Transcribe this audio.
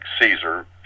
Caesar